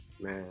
man